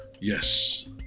Yes